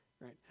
right